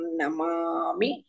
Namami